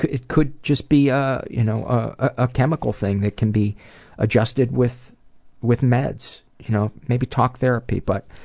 it could just be a you know ah chemical thing that can be adjusted with with meds. you know maybe talk therapy. but